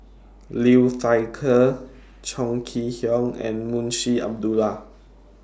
Liu Thai Ker Chong Kee Hiong and Munshi Abdullah